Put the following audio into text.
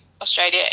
australia